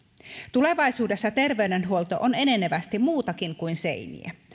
tulevaisuudessa terveydenhuolto on enenevästi muutakin kuin seiniä